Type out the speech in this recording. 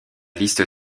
liste